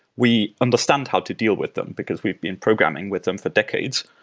we understand how to deal with them, because we've been programming with them for decades.